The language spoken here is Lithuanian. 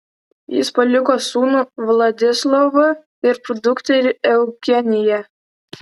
jis paliko sūnų vladislovą ir dukterį eugeniją